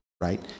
Right